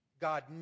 God